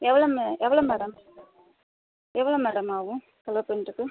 எவ்வளோ மே எவ்வளோ மேடம் எவ்வளோ மேடம் ஆகும் செலவு பண்ணுறது